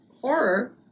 horror